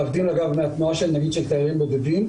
להבדיל מהתנועה של תיירים בודדים.